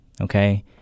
okay